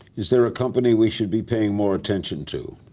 is there a company we should be paying more attention to?